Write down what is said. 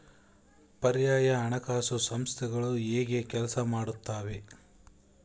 ಪರ್ಯಾಯ ಹಣಕಾಸು ಸಂಸ್ಥೆಗಳು ಹೇಗೆ ಕೆಲಸ ಮಾಡುತ್ತವೆ?